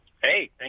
Hey